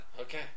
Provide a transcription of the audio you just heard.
Okay